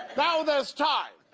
now there's time